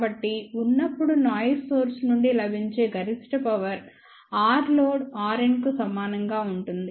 కాబట్టి ఉన్నప్పుడు noise source నుండి లభించే గరిష్ట పవర్ Rలోడ్ Rn కు సమానంగా ఉంటుంది